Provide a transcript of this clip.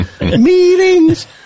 Meetings